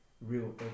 real